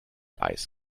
eis